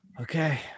Okay